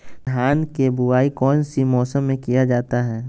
धान के बोआई कौन सी मौसम में किया जाता है?